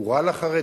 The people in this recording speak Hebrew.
הוא רע לחרדים,